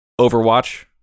Overwatch